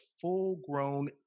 full-grown